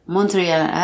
Montreal